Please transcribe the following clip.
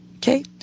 Okay